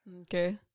Okay